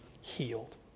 healed